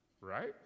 right